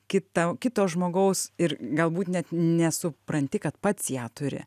kitą kito žmogaus ir galbūt net nesupranti kad pats ją turi